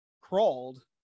crawled